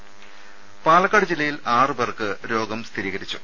ദേദ പാലക്കാട് ജില്ലയിൽ ആറുപേർക്ക് രോഗം സ്ഥിരീകരിച്ചു